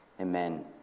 Amen